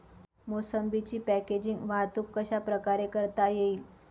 मोसंबीची पॅकेजिंग वाहतूक कशाप्रकारे करता येईल?